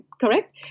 Correct